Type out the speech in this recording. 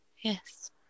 Yes